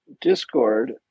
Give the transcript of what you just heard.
discord